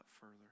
further